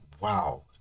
wow